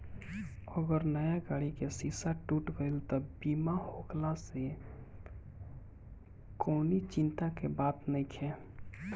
अगर नया गाड़ी के शीशा टूट गईल त बीमा होखला से कवनी चिंता के बात नइखे